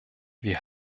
wir